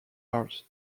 heart